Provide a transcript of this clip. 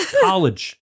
college